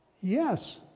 Yes